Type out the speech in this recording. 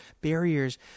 barriers